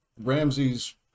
Ramsey's